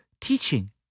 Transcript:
teaching